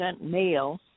male